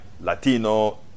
Latino